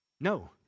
no